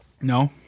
No